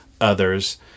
others